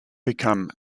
become